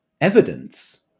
evidence